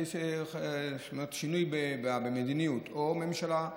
ויהיה שינוי במדיניות או בממשלה,